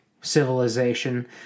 civilization